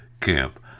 camp